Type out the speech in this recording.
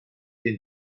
den